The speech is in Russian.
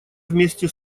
вместе